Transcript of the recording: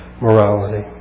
morality